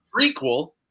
prequel